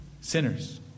sinners